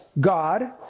God